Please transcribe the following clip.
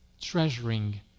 treasuring